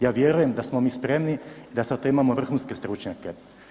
Ja vjerujem da smo mi spremni da zato imamo vrhunske stručnjake.